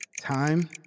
Time